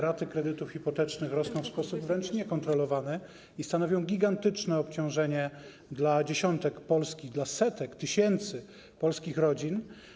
Raty kredytów hipotecznych rosną w sposób wręcz niekontrolowany i stanowią gigantyczne obciążenie dla dziesiątek, dla setek, tysięcy polskich rodzin.